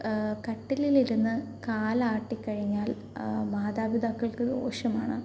കട്ടിലിലിരുന്ന് കാലാട്ടി കഴിഞ്ഞാൽ മാതാപിതാക്കൾക്ക് ദോഷമാണ്